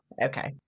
okay